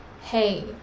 hey